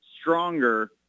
stronger